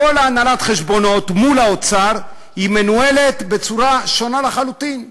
כל הנהלת החשבונות מול האוצר מנוהלת בצורה שונה לחלוטין.